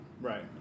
Right